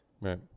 Right